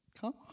Come